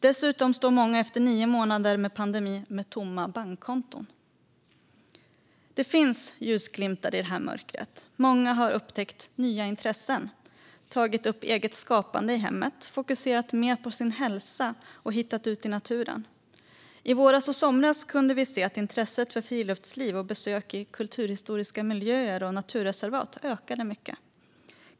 Dessutom står många efter nio månader med pandemin med tomma bankkonton. Det finns ljusglimtar i mörkret. Många har upptäckt nya intressen, tagit upp eget skapande i hemmet, fokuserat mer på sin hälsa och hittat ut i naturen. I våras och somras kunde vi se att intresset för friluftsliv och besök i kulturhistoriska miljöer och naturreservat ökade mycket.